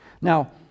now